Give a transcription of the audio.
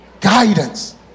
guidance